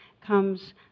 comes